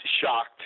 shocked